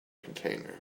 container